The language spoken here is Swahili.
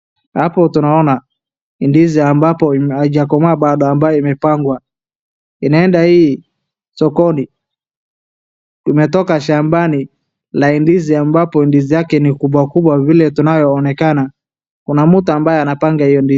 Hapo tunaona ni ndizi ambapo haijakomaa bado ambaye imepangwa. Inaenda hii sokoni imetoka shambani la ndizi ambapo ndizi yake ambao ni kubwa vile tunavyoonekana, na mtu ambaye anapanga hiyo ndizi.